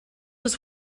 was